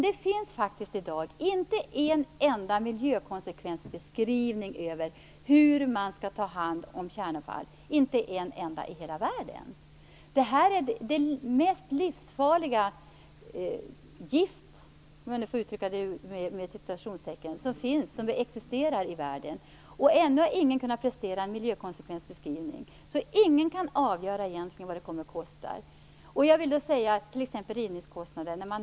Det finns faktiskt i dag inte en enda miljökonsekvensbeskrivning över hur man skall ta hand om kärnavfall - inte en enda i hela världen! Kärnavfallet är det mest livsfarliga "gift" som existerar i världen. Ändå har ingen kunnat prestera en miljökonsekvensbeskrivning. Ingen kan egentligen avgöra vad det kommer att kosta. Man har redan rivit en Westinghousereaktor i USA.